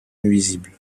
nuisibles